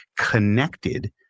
connected